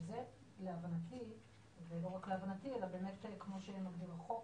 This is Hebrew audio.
שזה להבנתי ורק לא הבנתי אלא באמת כמו שמגדיר החוק,